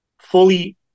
fully